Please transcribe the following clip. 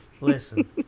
Listen